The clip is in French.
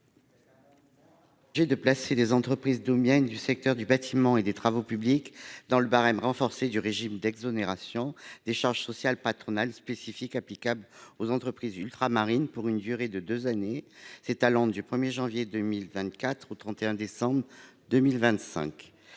de faire bénéficier les entreprises du secteur du bâtiment et des travaux publics d'outre-mer du barème renforcé du régime d'exonération de charges sociales patronales spécifiques applicables aux entreprises ultramarines pour une durée de deux années s'étalant du 1 janvier 2024 au 31 décembre 2025.